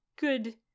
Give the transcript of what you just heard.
good